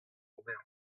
ober